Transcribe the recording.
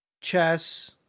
Chess